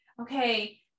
okay